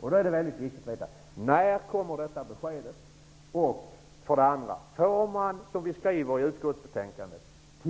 Det är viktigt att få veta när beskedet kommer och vidare om det kommer att bli